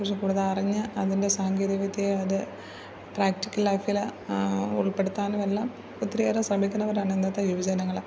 അതിനെ കുറിച്ച് കൂടുതൽ അറിഞ്ഞു അതിൻ്റെ സാങ്കേതിക വിദ്യയെ അത് പ്രാക്ടിക്കൽ ലൈഫില് ഉൾപ്പെടുത്താനുമെല്ലാം ഒത്തിരി ഏറെ ശ്രമിക്കുന്നവരാണ് ഇന്നത്തെ യുവജനങ്ങൾ